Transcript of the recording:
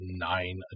nine